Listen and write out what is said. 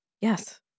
Yes